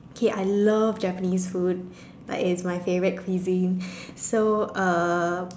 okay I love Japanese food like it's my favorite cuisine so uh